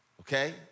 okay